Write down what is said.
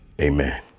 Amen